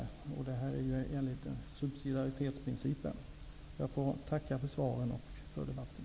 Detta är ju också i enlighet med subsidiaritetsprincipen. Jag får tacka för svaret och för debatten.